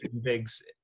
bigs